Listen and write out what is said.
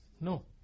no